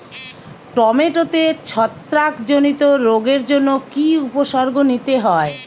টমেটোতে ছত্রাক জনিত রোগের জন্য কি উপসর্গ নিতে হয়?